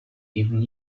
even